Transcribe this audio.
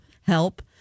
help